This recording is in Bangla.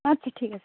আচ্ছা ঠিক আছে